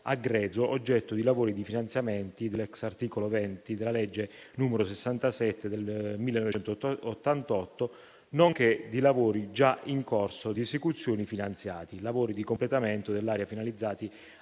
a grezzo, oggetto di lavori e di finanziamenti *ex* articolo 20 della legge n. 67 del 1988, nonché di lavori già in corso di esecuzione e finanziati (lavori di completamento dell'area finalizzati